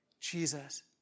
Jesus